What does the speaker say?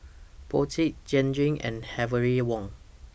Brotzeit Jergens and Heavenly Wang